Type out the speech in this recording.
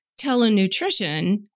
Telenutrition